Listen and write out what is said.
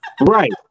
right